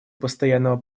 постоянного